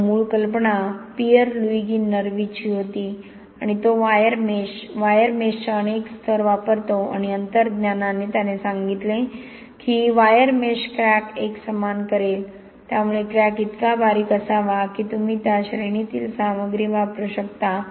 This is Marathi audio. तर मूळ कल्पना पियर लुइगी नर्वीची होती आणि तो वायर मेश वायर मेशचे अनेक स्तर वापरतो आणि अंतर्ज्ञानाने त्याने सांगितले की वायर मेष क्रॅक एकसमान करेल त्यामुळे क्रॅक इतका बारीक असावा की तुम्ही त्या श्रेणीतील सामग्री वापरू शकता